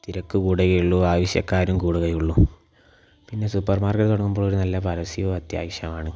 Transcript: തിരക്ക് കൂടുകയുള്ളൂ ആവശ്യക്കാരും കൂടുകയുള്ളൂ പിന്നെ സൂപ്പർ മാർക്കറ്റ് തുടങ്ങുമ്പോൾ ഒരു നല്ല പരസ്യവും അത്യാവശ്യമാണ്